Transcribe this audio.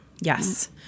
Yes